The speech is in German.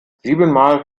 siebenmal